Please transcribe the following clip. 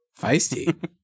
feisty